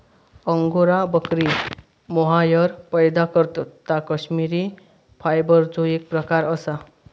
angora बकरी mohair पैदा करतत ता कश्मिरी फायबरचो एक प्रकार असा